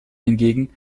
hingegen